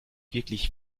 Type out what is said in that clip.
wirklich